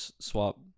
swap